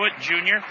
junior